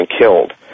killed